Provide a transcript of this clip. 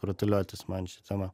rutuliotis man ši tema